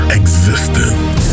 existence